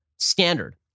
standard